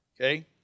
Okay